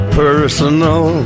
personal